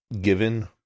Given